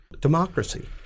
democracy